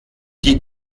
die